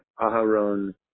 Aharon